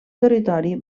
territori